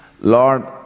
Lord